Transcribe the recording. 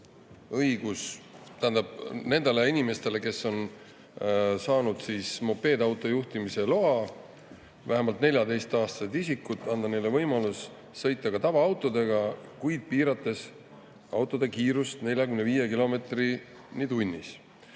et anda nendele inimestele, kes on saanud mopeedauto juhtimise loa – vähemalt 14-aastased isikud –, võimalus sõita ka tavaautodega, kuid piirates autode kiirust 45 kilomeetrini tunnis.